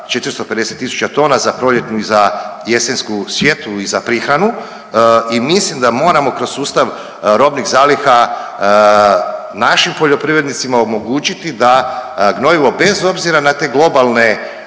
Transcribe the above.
450.000 tona za proljetnu i za jesensku sjetvu i za prihranu i mislim da moramo kroz sustav robnih zaliha našim poljoprivrednicima omogućiti da gnojivo bez obzira na te globalne